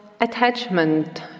attachment